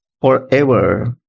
forever